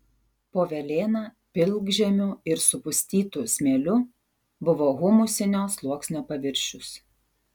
po velėna pilkžemiu ir supustytu smėliu buvo humusinio sluoksnio paviršius